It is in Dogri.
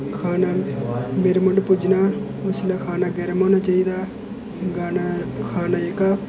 खाना मेरे मुंढ पुज्जना उसलै खाना गर्म होना चाहिदा खाना जेह्का